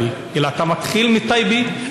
להם?